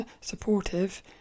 Supportive